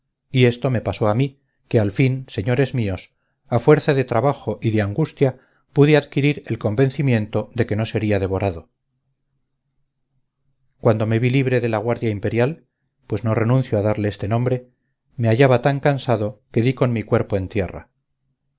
y esto me pasó a mí que al fin señores míos a fuerza de trabajo y de angustia pude adquirir el convencimiento de que no sería devorado cuando me vi libre de la guardia imperial pues no renuncio a darle este nombre me hallaba tan cansado que di con mi cuerpo en tierra